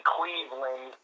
Cleveland